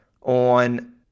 on